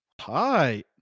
Hi